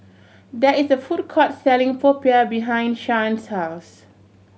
there is a food court selling popiah behind Shyann's house